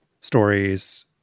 stories